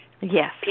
Yes